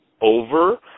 over –